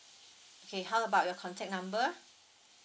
okay how about your contact number